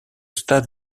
stade